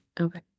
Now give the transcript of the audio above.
okay